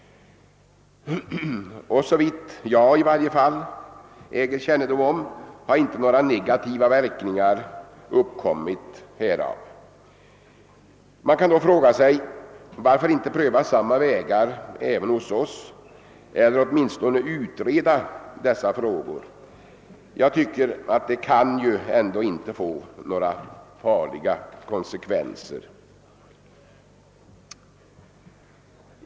Såvitt jag i varje fall äger kännedom har inte några negativa verkningar uppkommit härav. Man kan då fråga sig varför inte samma vägar kan prövas även hos oss eller varför dessa frågor inte åtminstone kan utredas — det kan ändå inte få några farliga konsekvenser.